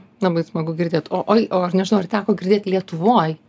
labai smagu girdėt o ai o aš nežinau ar teko girdėt lietuvoj